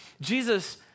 Jesus